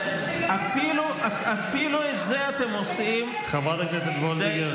תתחיל לגנות את מה שהיה פה, חברת הכנסת וולדיגר.